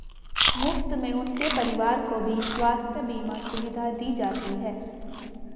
मुफ्त में उनके परिवार को भी स्वास्थ्य बीमा सुविधा दी जाती है